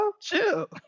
chill